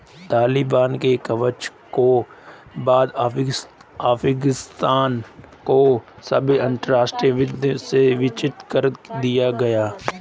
तालिबान के कब्जे के बाद अफगानिस्तान को सभी अंतरराष्ट्रीय वित्त से वंचित कर दिया गया